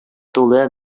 тулы